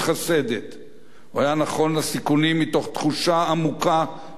הוא היה נכון לסיכונים מתוך תחושה עמוקה של גורל ועתיד.